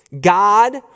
God